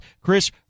Chris